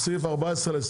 סעיף 9 להסתייגויות.